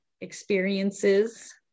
experiences